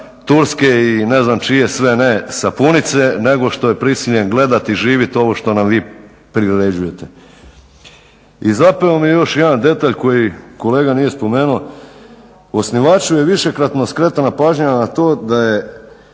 turske i ne znam čije sve ne sapunice nego što je prisiljen gledati i živjet ovo što nam vi priređujete. I zapeo mi je još jedan detalj koji kolega nije spomenuo. Osnivaču je višekratno skretana pažnja na to da je